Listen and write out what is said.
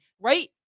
right